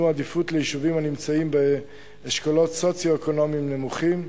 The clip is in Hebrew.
עדיפות ליישובים הנמצאים באשכולות סוציו-אקונומיים נמוכים,